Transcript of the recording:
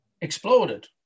exploded